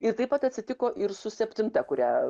ir taip pat atsitiko ir su septinta kurią